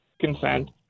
consent